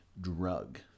drug